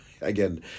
again